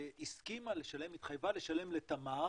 התחייבה לשלם לתמר